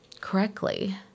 correctly